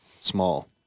small